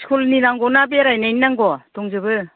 इस्कुलनि नांगौ ना बेरायनायनि नांगौ दंजोबो